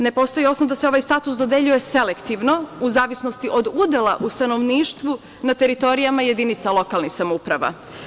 Ne postoji osnov da se ovaj status dodeljuje selektivno, u zavisnosti od udela u stanovništvu na teritorijama jedinica lokalnih samouprava.